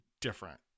different